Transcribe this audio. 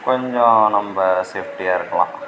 கொஞ்சம் நம்ப சேஃப்டியாக இருக்கலாம்